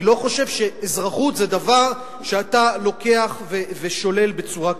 אני לא חושב שאזרחות זה דבר שאתה לוקח ושולל בצורה כזאת.